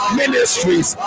ministries